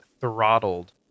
throttled